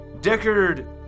Deckard